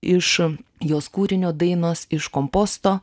iš jos kūrinio dainos iš komposto